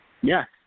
Yes